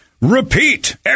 repeat